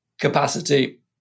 capacity